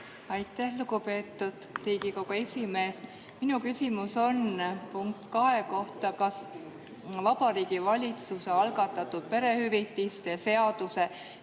Aitäh, lugupeetud Riigikogu esimees! Minu küsimus on punkti 2 kohta. Kas Vabariigi Valitsuse algatatud perehüvitiste seaduse